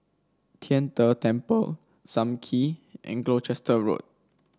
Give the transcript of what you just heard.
Tian De Temple Sam Kee and Gloucester Road